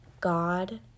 God